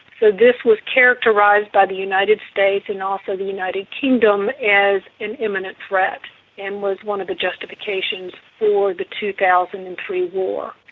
this was characterised by the united states and also the united kingdom as an imminent threat and was one of the justifications for the two thousand and three war.